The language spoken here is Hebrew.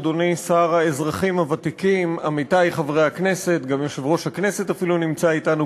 חבר הכנסת דב